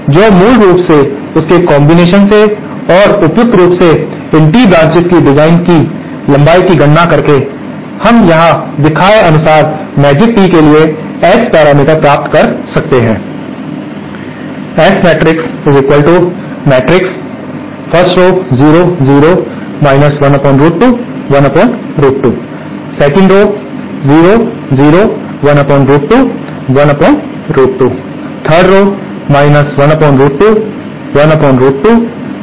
तो मूल रूप से इसके कॉम्बिनेशन से और उपयुक्त रूप से इन टी ब्रांचेज की डिजाइन की लंबाई की गणना करके हम यहां दिखाए गए अनुसार मैजिक टी के लिए एस पैरामीटर मैट्रिक्स प्राप्त कर सकते हैं